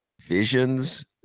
visions